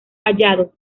hallados